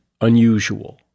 unusual